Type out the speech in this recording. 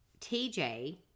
TJ